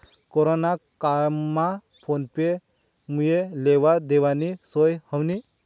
corona ना कायमा phone पे मुये लेवा देवानी सोय व्हयनी